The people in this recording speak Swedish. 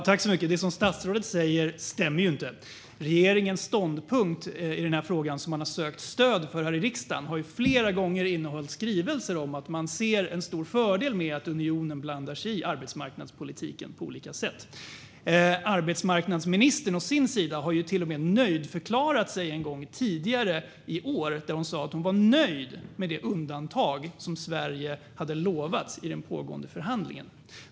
Herr talman! Det som statsrådet säger stämmer inte. Regeringens ståndpunkt i den här frågan, som man har sökt stöd för här i riksdagen, har flera gånger innehållit skrivelser om att man ser en stor fördel med att unionen blandar sig i arbetsmarknadspolitiken på olika sätt. Arbetsmarknadsministern har å sin sida till och med nöjdförklarat sig en gång tidigare i år då hon sa att hon var nöjd med det undantag som Sverige hade lovats i den pågående förhandlingen.